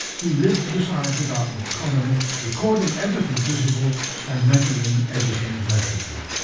he lived beside the dartmoor colony, recording everything visible and measuring everything measurable.